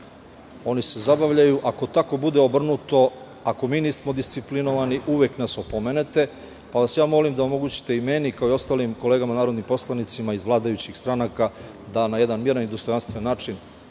oni se zabavljaju. Ako tako bude obrnuto, ako mi nismo disciplinovani, uvek nas opomenete, pa vas molim da omogućite meni kao i ostalim kolegama narodnim poslanicima iz vladajućih stranaka da na jedna miran i dostojanstven način